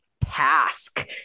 task